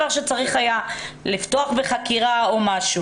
שצריך לפתוח בחקירה או משהו.